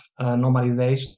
normalization